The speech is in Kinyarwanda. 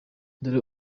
dore